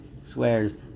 swears